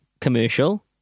commercial